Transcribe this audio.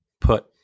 put